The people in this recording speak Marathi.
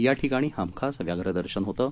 या ठिकाणीहमखासव्याघ्रदर्शनहोतं